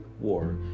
war